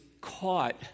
caught